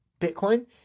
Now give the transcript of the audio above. Bitcoin